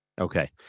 okay